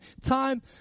time